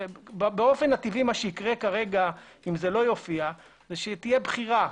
באופן הטבעי מה שיקרה אם זה לא יופיע, תהיה בחירה.